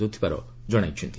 କରାଯାଉଥିବାର ଜଣାଇଛନ୍ତି